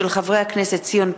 של חברי הכנסת ציון פיניאן,